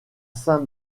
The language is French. saint